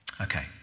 Okay